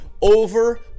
over